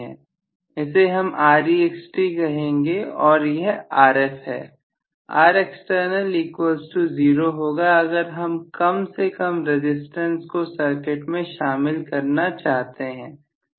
इसे हम कहेंगे और यह Rf है 0 होगा अगर हम कम से कम रसिस्टेंस को सर्किट में शामिल करना चाहते हैं